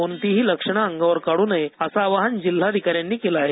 कोणतीही लक्षणे अंगावर काढू नये असं आवाहन जिल्हाधिकाऱ्यांनी केलं आहे